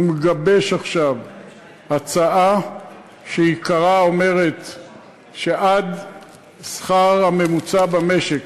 הוא מגבש עכשיו הצעה שעיקרה שעד השכר הממוצע במשק,